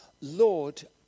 Lord